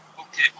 Okay